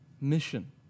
mission